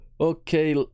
Okay